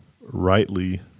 rightly